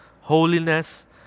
holiness